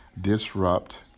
disrupt